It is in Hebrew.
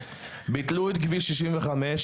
ביטלו את כביש 65,